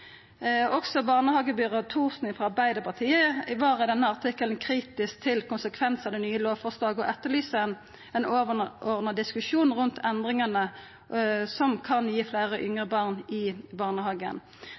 Også barnehagebyråd Hafstad Thorsen frå Arbeidarpartiet var i denne artikkelen kritisk til konsekvensane av det nye lovforslaget og etterlyser ein overordna diskusjon rundt endringane som kan gi fleire